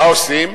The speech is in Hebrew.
מה עושים?